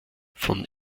von